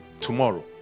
tomorrow